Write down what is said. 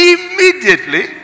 Immediately